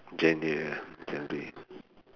genre genre